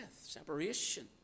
separation